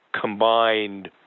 combined